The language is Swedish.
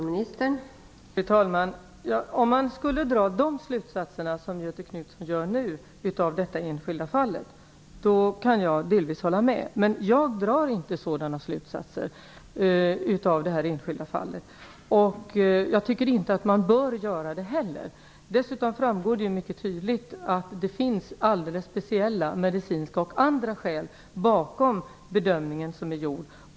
Fru talman! Om man drar de slutsatser som Göthe Knutson gör nu kan jag delvis hålla med. Men jag drar inte sådana slutsatser av detta enskilda fall. Jag tycker inte att man bör göra det heller. Dessutom framgår det mycket tydligt att det finns alldeles speciella medicinska och andra skäl bakom den bedömning som är gjord.